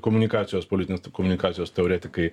komunikacijos politinės komunikacijos teoretikai